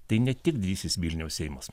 tai ne tik didysis vilniaus seimas